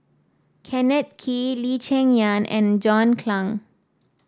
Kenneth Kee Lee Cheng Yan and John Clang